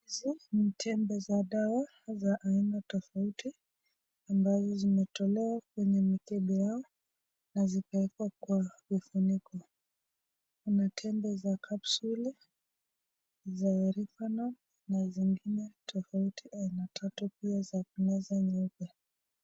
Hizi ni tembe za dawa za aina tofauti ambazo zimetolewa kwenye mikebe yao na zikaekwa kwa vifuniko kuna na tembe za kapsuli, za refernon na zingine tofauti aina tatu pia za kumeza nyeupe.